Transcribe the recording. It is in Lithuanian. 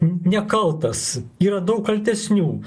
n nekaltas yra daug kaltesnių